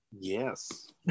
Yes